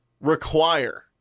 require